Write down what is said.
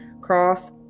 Cross